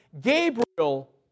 Gabriel